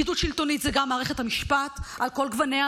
פקידות שלטונית זה גם מערכת המשפט על כל גווניה,